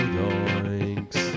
doinks